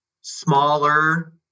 smaller